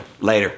Later